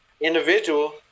individual